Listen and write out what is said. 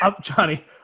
Johnny